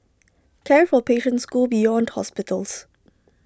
care for patients go beyond hospitals